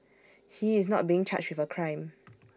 he is not being charged with A crime